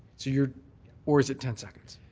so you're or is it ten seconds?